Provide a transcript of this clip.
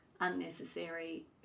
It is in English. unnecessary